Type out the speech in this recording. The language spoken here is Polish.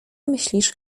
myślisz